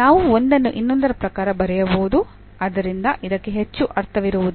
ನಾವು ಒಂದನ್ನು ಇನ್ನೊಂದರ ಪ್ರಕಾರ ಬರೆಯಬಹುದು ಆದ್ದರಿಂದ ಇದಕ್ಕೆ ಹೆಚ್ಚು ಅರ್ಥವಿರುವುದಿಲ್ಲ